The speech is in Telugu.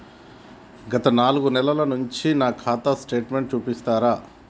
గత నాలుగు నెలల నుంచి నా ఖాతా స్టేట్మెంట్ చూపిస్తరా?